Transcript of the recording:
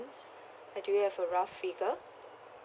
do you have a rough figure